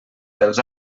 dels